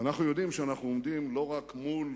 ואנחנו יודעים שאנחנו עומדים לא רק מול